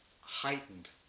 heightened